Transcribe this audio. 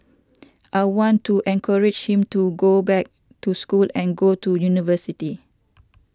I want to encourage him to go back to school and go to university